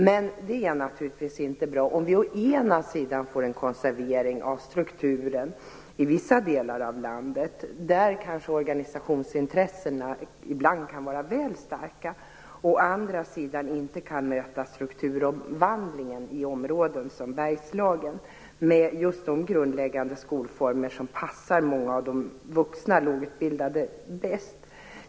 Men det är naturligtvis inte bra om vi å ena sidan får en konservering av strukturen i vissa delar av landet, där kanske organisationsintressena ibland kan vara väl starka, och å andra sidan inte kan möta strukturomvandlingen i områden som Bergslagen med just de grundläggande skolformer som passar många av de vuxna lågutbildade bäst.